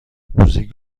موزیک